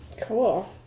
Cool